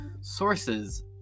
Sources